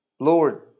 Lord